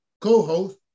co-host